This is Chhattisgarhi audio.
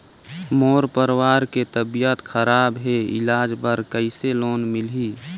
मोर परवार मे तबियत खराब हे इलाज बर कइसे लोन मिलही?